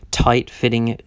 tight-fitting